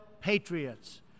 patriots